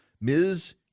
Ms